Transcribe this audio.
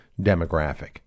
demographic